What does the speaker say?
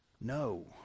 No